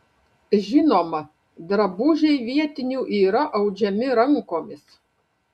žinoma drabužiai vietinių yra audžiami rankomis